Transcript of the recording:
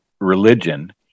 religion